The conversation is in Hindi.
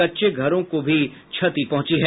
कच्चे घरों को भी क्षति पहुंची है